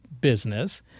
business